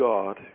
God